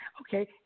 Okay